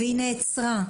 והיא נעצרה.